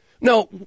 No